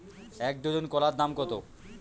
এক ডজন কলার দাম কত?